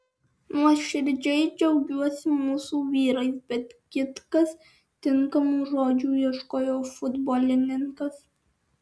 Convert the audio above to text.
nuoširdžiai džiaugiuosi mūsų vyrais bet kitkas tinkamų žodžių ieškojo futbolininkas